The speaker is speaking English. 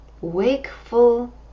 Wakeful